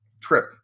trip